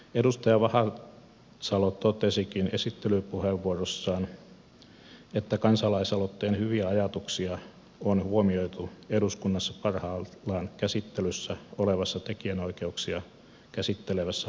edustaja vahasalo totesikin esittelypuheenvuorossaan että kansalaisaloitteen hyviä ajatuksia on huomioitu eduskunnassa parhaillaan käsittelyssä olevassa tekijänoikeuksia käsittelevässä hallituksen esityksessä